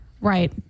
right